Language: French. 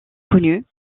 connu